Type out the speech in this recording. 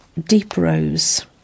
Deeprose